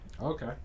Okay